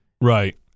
Right